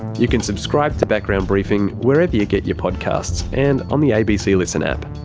you can subscribe to background briefing wherever you get your podcasts, and on the abc listen app.